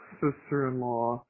sister-in-law